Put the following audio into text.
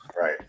Right